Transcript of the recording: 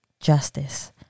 justice